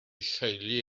theulu